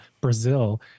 Brazil